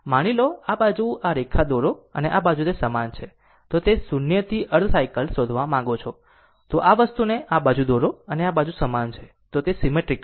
માની લો આ બાજુ આ રેખા દોરો અને આ બાજુ તે સમાન છે તો 0 થી અર્ધ સાયકલ શોધવા માંગો છો જો આ વસ્તુને આ બાજુ દોરો અને આ બાજુ સમાન છે તો તે સીમેટ્રીકલ છે